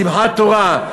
בשמחת תורה,